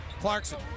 Clarkson